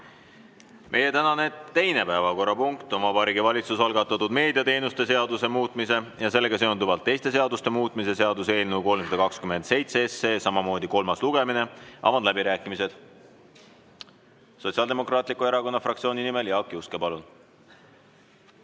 Meie tänane teine päevakorrapunkt on Vabariigi Valitsuse algatatud meediateenuste seaduse muutmise ja sellega seonduvalt teiste seaduste muutmise seaduse eelnõu 327 kolmas lugemine. Avan läbirääkimised. Sotsiaaldemokraatliku Erakonna fraktsiooni nimel Jaak Juske, palun!